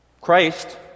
Christ